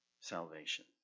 salvation